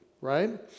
right